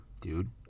dude